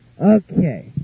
Okay